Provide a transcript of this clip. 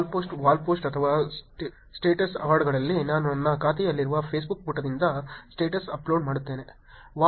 wall post wall post ಅಥವಾ status ಅಪ್ಡೇಟ್ಗಳಲ್ಲಿ ನಾನು ನನ್ನ ಖಾತೆಯಲ್ಲಿರುವ ಫೇಸ್ಬುಕ್ ಪುಟದಿಂದ ಸ್ಟೇಟಸ್ ಅಪ್ಡೇಟ್ ಮಾಡುತ್ತೇನೆ